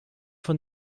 von